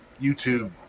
YouTube